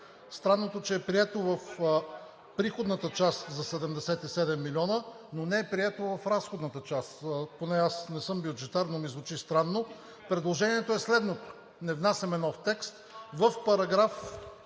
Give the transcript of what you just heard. Странното е, че е прието в приходната част за 77 милиона, но не е прието в разходната част. Аз не съм бюджетар, но ми звучи странно. Предложението е следното – не внасяме нов текст: